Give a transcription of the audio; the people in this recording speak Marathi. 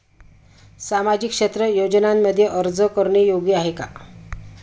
सामाजिक क्षेत्र योजनांमध्ये अर्ज करणे योग्य आहे का?